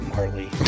Marley